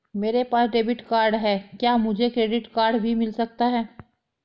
मेरे पास debit card है क्या मुझे क्रेडिट कार्ड भी मिल सकता है?